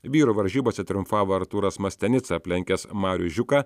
vyrų varžybose triumfavo artūras mastianica aplenkęs marių žiūką